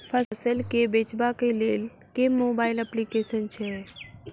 फसल केँ बेचबाक केँ लेल केँ मोबाइल अप्लिकेशन छैय?